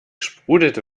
sprudelte